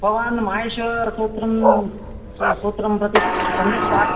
भवान् माहेश्वसूत्रं सूत्रं प्रति सम्यक् पाठ्यम्